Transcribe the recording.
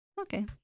Okay